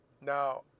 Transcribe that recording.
Now